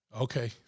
Okay